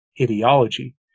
ideology